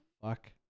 fuck